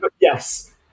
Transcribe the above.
Yes